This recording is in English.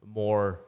more